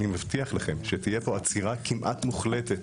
אני מבטיח לכם שתהיה פה עצירה כמעט מוחלטת